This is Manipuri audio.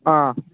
ꯑꯥ